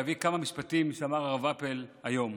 אבקש להביא כמה משפטים שאמר הרב אפל היום: